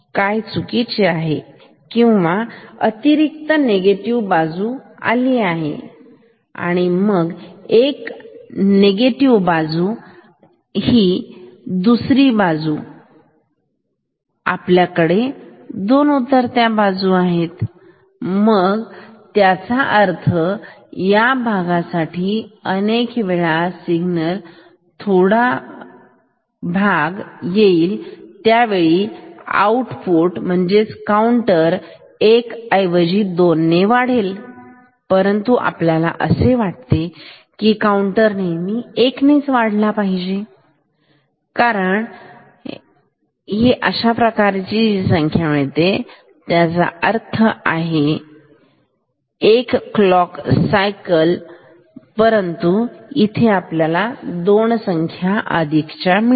काय चुकीचे आहे ही अतिरिक्त निगेटिव्ह बाजू का मग एक निगेटिव्ह बाजू दुसरी बाजू तर आपल्याकडे दोन उतरत्या बाजू आहेत मग त्याचा अर्थ या भागासाठी जेव्हा सिग्नल चा थोडा भाग येईल त्यावेळी आउटपुट काउंटर एक ऐवजी दोन ने वाढेल परंतु आपल्याला असे वाटते की काउंटर नेहमी एक ने वाढले पाहिजे कारण हे एक आहे मग याचा असा अर्थ होतो की एक क्लॉक सायकल परंतु इथे आपल्याला दोन ही अधिकची संख्या मिळते